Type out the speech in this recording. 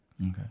Okay